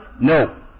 No